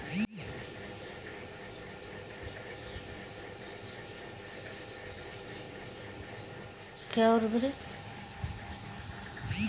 असो सतुआन में पुदीना अउरी आम के चटनी सतुआ साथे बड़ा निक लागल